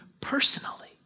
personally